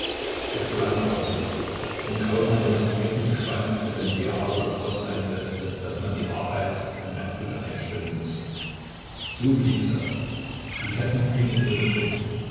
es gelang aber nicht denn kaum hatte man die ketten gespannt als ein derartiger frost einsetzte daß man die arbeit an der brücke einstellen mußte so blieb es auch die ketten hingen ohne brücke